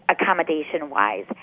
accommodation-wise